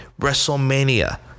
WrestleMania